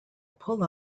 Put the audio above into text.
pull